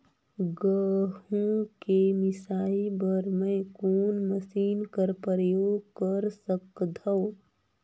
गहूं के मिसाई बर मै कोन मशीन कर प्रयोग कर सकधव?